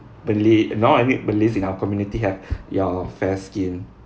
malay now I mean malays in our community have your fair skin